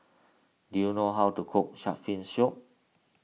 do you know how to cook Shark's Fin Soup